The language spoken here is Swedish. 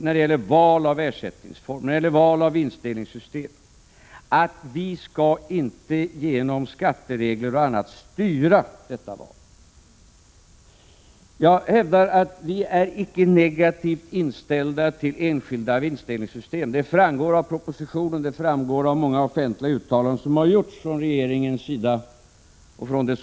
När det gäller val av ersättningsformer och val av vinstdelningssystem har — Prot. 1986/87:135 vi inställningen att vi inte skall styra valet genom skatteregler och annat. Jag 3 juni 1987 hävdar att vi icke är negativt inställda till enskilda vinstdelningssystem. Av 3 3 E propositionen och av många offentliga uttalanden från regeringens och det Sociälavgifter på vinst.